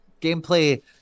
gameplay